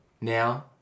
Now